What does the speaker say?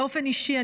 באופן אישי,